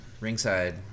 Ringside